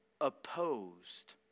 opposed